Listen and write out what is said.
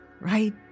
right